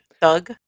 thug